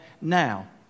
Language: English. now